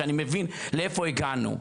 כשאני מבין לאיפה הגענו.